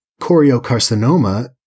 Choriocarcinoma